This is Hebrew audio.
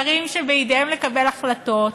שרים שבידיהם לקבל החלטות,